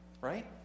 Right